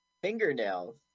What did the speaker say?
fingernails